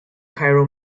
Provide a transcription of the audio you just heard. cairo